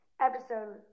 episode